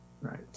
Right